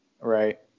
right